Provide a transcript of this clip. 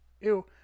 Ew